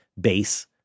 base